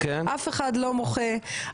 אף אחד לא מוחה,